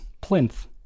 plinth